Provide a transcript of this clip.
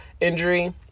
injury